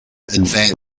advanced